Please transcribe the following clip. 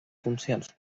funcions